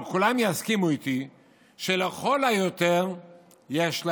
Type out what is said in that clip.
אבל כולם יסכימו איתי שלכל היותר יש לה